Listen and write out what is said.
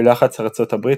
בלחץ ארצות הברית,